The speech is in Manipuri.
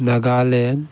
ꯅꯥꯒꯥꯂꯦꯟ